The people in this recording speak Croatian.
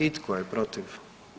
I tko je protiv?